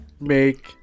make